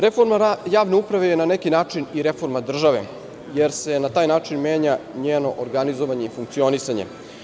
Reforma javne uprave je na neki način i reforma države, jer se na taj način menja njeno organizovanje i funkcionisanje.